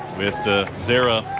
with ah zahra.